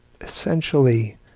essentially